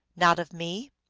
not of me?